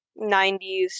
90s